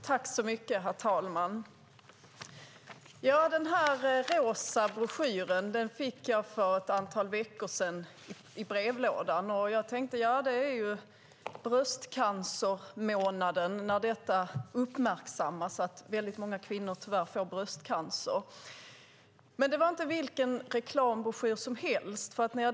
Herr talman! Den här rosa broschyren, Länge leve brösten!, fick jag i brevlådan för ett antal veckor sedan under bröstcancermånaden, då det uppmärksammas att väldigt många kvinnor tyvärr får bröstcancer. Men det är inte vilken reklambroschyr som helst.